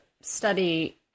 study